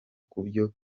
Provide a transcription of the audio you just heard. kubyo